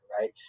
right